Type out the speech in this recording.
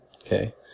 Okay